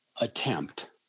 attempt